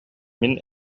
мин